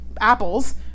apples